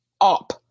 up